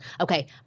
Okay